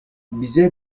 bize